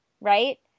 right